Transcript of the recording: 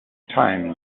time